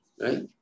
right